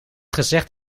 gezegd